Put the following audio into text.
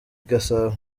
gasabo